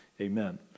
Amen